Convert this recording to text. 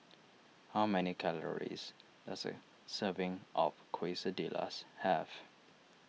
how many calories does a serving of Quesadillas have